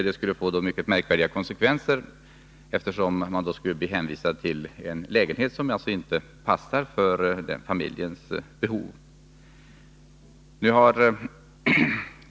Det skulle få mycket märkvärdiga konsekvenser, eftersom man skulle bli hänvisad till en lägenhet som inte passar för familjens behov.